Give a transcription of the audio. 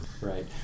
Right